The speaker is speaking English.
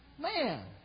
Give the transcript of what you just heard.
Man